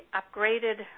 upgraded